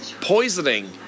Poisoning